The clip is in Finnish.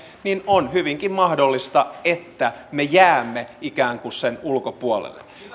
niin on hyvinkin mahdollista että me jäämme ikään kuin sen ulkopuolelle